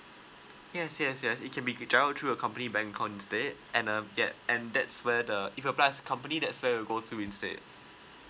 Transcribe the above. yes yes yes it can be through a company bank account instead and uh get and that's where the if apply as a company that's where we go through instead